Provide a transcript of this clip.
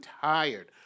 tired